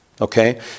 okay